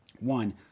One